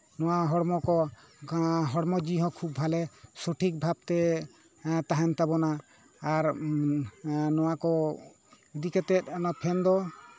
ᱱᱚᱣᱟ ᱦᱚᱲᱢᱚ ᱠᱚ ᱦᱚᱲᱢᱚ ᱡᱤᱣᱤ ᱦᱚᱸ ᱠᱷᱩᱵ ᱵᱷᱟᱞᱮ ᱥᱚᱴᱷᱤᱠ ᱵᱷᱟᱵᱽ ᱛᱮ ᱛᱟᱦᱮᱱ ᱛᱟᱵᱚᱱᱟ ᱟᱨ ᱱᱚᱣᱟ ᱠᱚ ᱤᱫᱤ ᱠᱟᱛᱮᱜ ᱚᱱᱟ ᱯᱷᱮᱱ ᱫᱚ